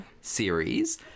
series